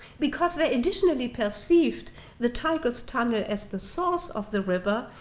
because they additionally perceived the tigris tunnel as the source of the river,